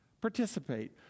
Participate